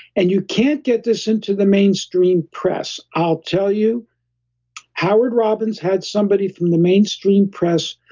and you can't get this into the mainstream press, i'll tell you howard robbins had somebody from the mainstream press,